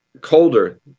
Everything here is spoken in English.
colder